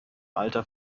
alter